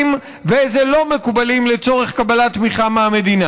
ואיזה לא מקובלים לצורך קבלת תמיכה מהמדינה,